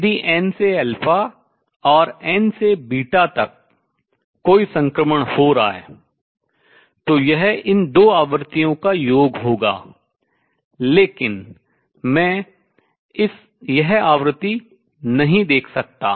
यदि n से α और n से β तक कोई संक्रमण हो रहा है तो यह इन दो आवृत्तियों का योग होगा लेकिन मैं इस आवृत्ति को नहीं देख सकता